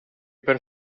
per